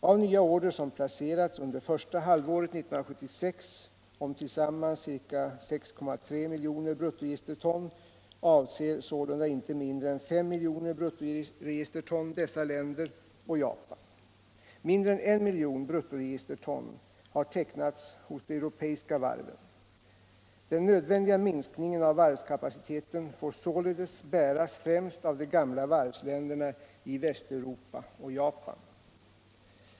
Av nya order som placerats under första halvåret 1976, om tillsammans ca 6,3 miljoner bruttoregisterton, avser sålunda inte mindre än 5 miljoner bruttoregisterton dessa länder och Japan. Mindre än 1 miljon bruttoregisterton har tecknats hos de europeiska varven. Den nödvändiga minskningen av varvskapaciteten får således bäras främst av de gamla varvsländerna i Västeuropa och Japan.